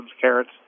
carrots